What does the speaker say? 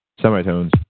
semitones